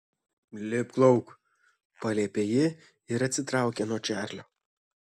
lipk lauk paliepė ji ir atsitraukė nuo čarlio